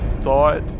thought